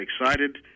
excited